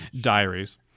diaries